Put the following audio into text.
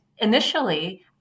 Initially